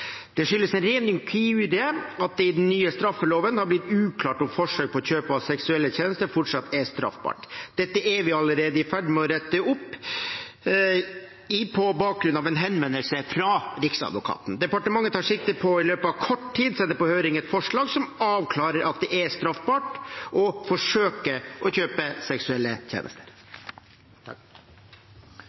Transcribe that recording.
Det skyldes en ren inkurie at det i den nye straffeloven har blitt uklart om forsøk på kjøp av seksuelle tjenester fortsatt er straffbart. Dette er vi allerede i ferd med å rette opp, på bakgrunn av en henvendelse fra Riksadvokaten. Departementet tar sikte på i løpet av kort tid å sende på høring et forslag som avklarer at det er straffbart å forsøke å kjøpe seksuelle tjenester.